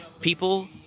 People